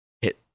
hit